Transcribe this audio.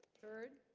kurd